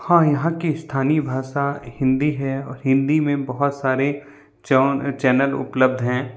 हाँ यहाँ की स्थानीय भाषा हिंदी है और हिंदी में बहुत सारे चैनल उपलब्ध हैं